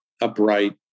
upright